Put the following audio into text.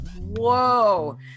whoa